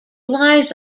lies